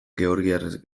georgiar